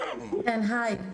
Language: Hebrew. כן, היי.